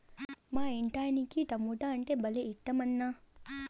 మా ఇంటాయనకి టమోటా అంటే భలే ఇట్టమన్నా